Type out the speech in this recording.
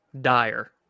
dire